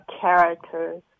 characters